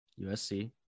USC